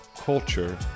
culture